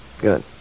good